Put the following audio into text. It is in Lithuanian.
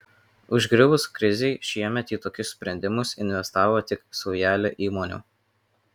užgriuvus krizei šiemet į tokius sprendimus investavo tik saujelė įmonių